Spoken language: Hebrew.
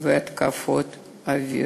והתקפות אוויר".